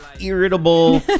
irritable